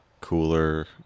cooler